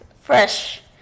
Fresh